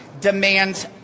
demands